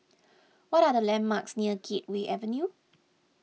what are the landmarks near Gateway Avenue